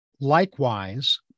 Likewise